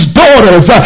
daughters